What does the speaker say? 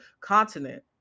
continent